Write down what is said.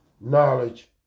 knowledge